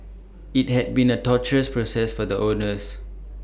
IT had been A torturous process for the owners